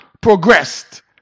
progressed